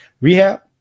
rehab